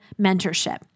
mentorship